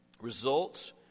results